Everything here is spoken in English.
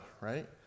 right